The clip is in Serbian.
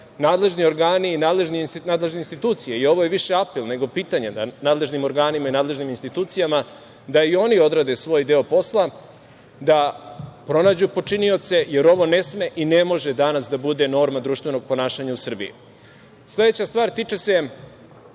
nadležni organi i nadležne institucije, ovo je više apel nego pitanje nadležnim organima i nadležnim institucijama, da i oni odrade svoj deo posla, da pronađu počinioce, jer ovo ne sme i ne može danas da bude norma društvenog ponašanja u Srbiji. Sledeća stvar tiče se